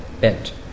bent